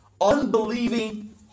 unbelieving